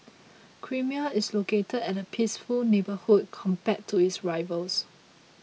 creamier is located at a peaceful neighbourhood compared to its rivals